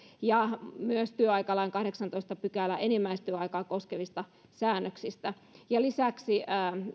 ja myös työaikalain kahdeksannentoista pykälän enimmäistyöaikaa koskevista säännöksistä lisäksi